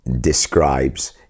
describes